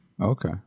Okay